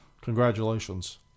Congratulations